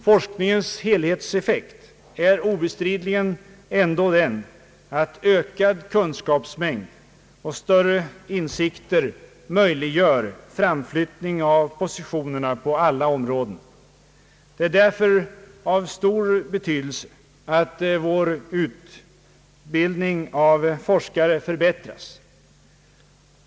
Forskningens helhetseffekt är obestridligen ändå den att ökad kunskapsmängd och större insikter möjliggör framflyttning av positionerna på alla områden. Det är därför av stor betydelse att vår utbildning av forskare förbättras.